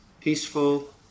peaceful